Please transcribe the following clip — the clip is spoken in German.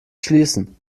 schließen